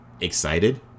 excited